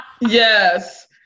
Yes